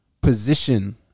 Position